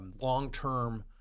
long-term